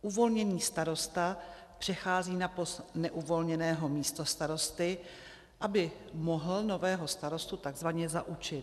Uvolněný starosta přechází na post neuvolněného místostarosty, aby mohl nového starostu tzv. zaučit.